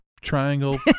triangle